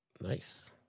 Nice